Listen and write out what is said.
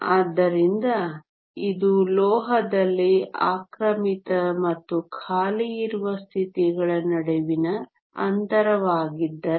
ಆದ್ದರಿಂದ ಇದು ಲೋಹದಲ್ಲಿ ಆಕ್ರಮಿತ ಮತ್ತು ಖಾಲಿ ಇರುವ ಸ್ಥಿತಿಗಳ ನಡುವಿನ ಅಂತರವಾಗಿದ್ದರೆ